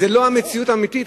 זו לא המציאות האמיתית.